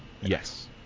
yes